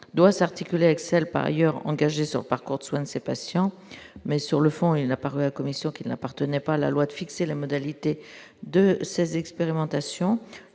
doit s'articuler avec celles par ailleurs engager son parcours de soins de ses patients, mais sur le fond, il a, par la commission qui n'appartenait pas à la loi de fixer les modalités de ces expérimentations,